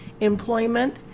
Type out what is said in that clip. employment